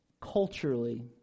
culturally